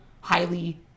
highly